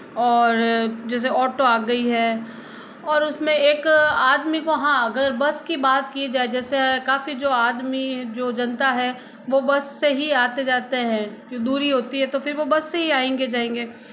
और जैसे ऑटो आ गई है और उसमें एक आदमी को हाँ अगर बस की बात की जाये जैसे काफ़ी जो आदमी जो जनता है वो बस से ही आते जाते हैं दूरी होती है तो वो बस से ही आएंगे जायेंगे